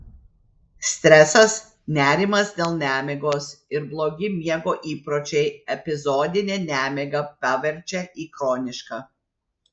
stresas nerimas dėl nemigos ir blogi miego įpročiai epizodinę nemigą paverčia į chronišką